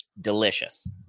delicious